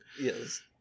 Yes